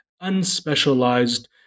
unspecialized